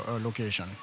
location